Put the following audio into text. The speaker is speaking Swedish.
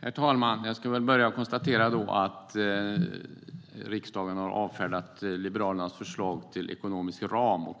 Herr talman! Jag ska börja med att konstatera att riksdagen har avfärdat Liberalernas förslag till ekonomisk ram.